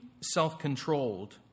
self-controlled